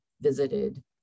visited